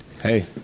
Hey